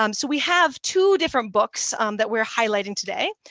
um so we have two different books that we're highlighting today.